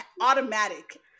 automatic